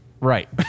right